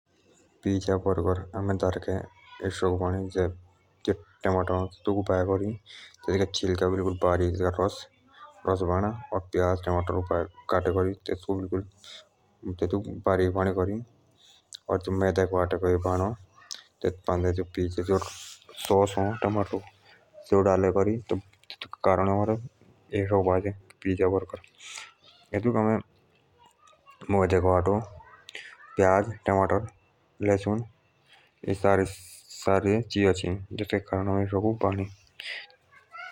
Pizza burger आम दारके ऐस सकु बाणे टेमाटर अ तेतूका चिल्का उतारे करी बारीक तेतूको रस बाणा और प्याज टमाटर काटे करि और मेदे के आटे को एओ बाणो और तई पान्दे टमाटर को जो सस अ तेतूक डाले करि तइ आम ए सकु बाणे पिज्जा बर्गर एतूके आस्ते आमुक मयदे को आटो प्याज टमाटर लसुण चाई।